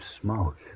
smoke